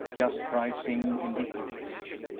just rising in the east.